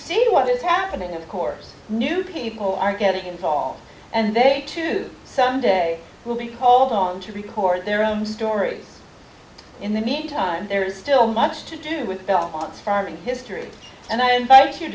see what is happening of course new people are getting involved and they too some day will be called on to report their own story in the meantime there is still much to do with aunts farming history and i invite you